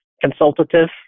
consultative